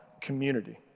community